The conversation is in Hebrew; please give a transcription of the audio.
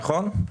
נכון?